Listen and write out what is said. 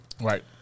Right